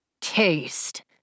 taste